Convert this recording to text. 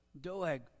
Doeg